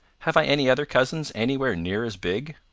have i any other cousins anywhere near as big?